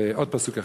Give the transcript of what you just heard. ועוד פסוק אחד,